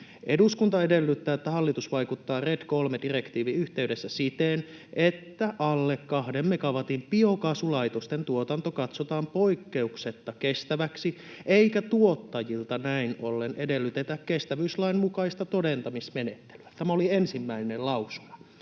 ”Eduskunta edellyttää, että hallitus vaikuttaa RED III ‑direktiivin yhteydessä siten, että alle kahden megawatin biokaasulaitosten tuotanto katsotaan poikkeuksetta kestäväksi, eikä tuottajilta näin ollen edellytetä kestävyyslain mukaista todentamismenettelyä.” Tämä oli ensimmäinen lausuma.